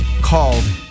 called